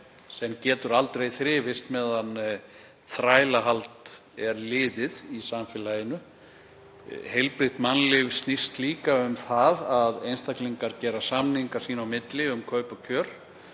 sem getur aldrei þrifist meðan þrælahald er liðið í samfélaginu. Heilbrigt mannlíf snýst líka um það að einstaklingar gera samninga sín á milli um kaup og kjör,